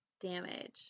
damage